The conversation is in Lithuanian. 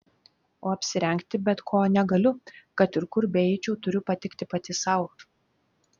o apsirengti bet ko negaliu kad ir kur beeičiau turiu patikti pati sau